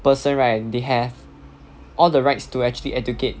person right they have all the rights to actually educate